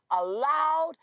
allowed